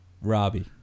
Robbie